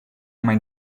mijn